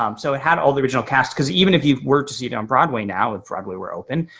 um so it had all the original cast. cause even if you were to see it on broadway now if broadway were open,